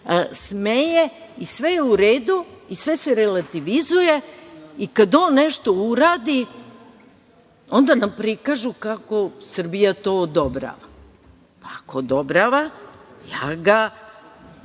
smeje i sve je u redu i sve se relativizuje, i kada on nešto uradi onda nam prikažu kako Srbija to odobrava. Ako odobrava, ja ga